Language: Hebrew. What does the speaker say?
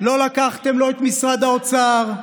לא לקחתם את משרד האוצר,